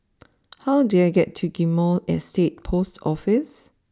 how do I get to Ghim Moh Estate post Office